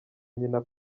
nyina